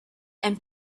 and